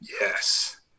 yes